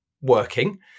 working